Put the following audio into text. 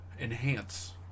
enhance